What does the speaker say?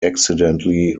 accidentally